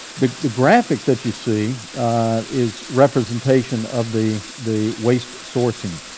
the the graphic that you see is representation of the the waste sourcing.